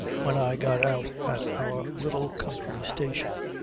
when i got out at our little country station.